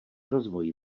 rozvoj